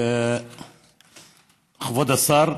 כבוד השר,